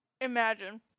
Imagine